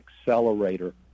accelerator